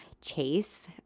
Chase